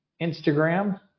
Instagram